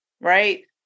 right